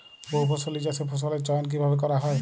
বহুফসলী চাষে ফসলের চয়ন কীভাবে করা হয়?